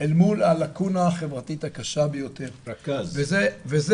אל מול הלקונה החברתית הקשה ביותר וזה